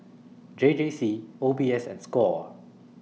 J J C O B S and SCORE